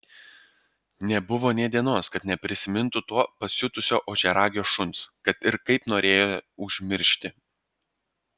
nebuvo nė dienos kad neprisimintų to pasiutusio ožiaragio šuns kad ir kaip norėjo užmiršti